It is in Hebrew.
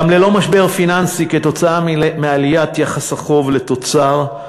גם ללא משבר פיננסי כתוצאה מעליית יחס החוב לתוצר,